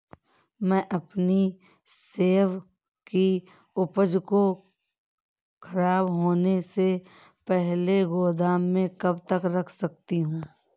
मैं अपनी सेब की उपज को ख़राब होने से पहले गोदाम में कब तक रख सकती हूँ?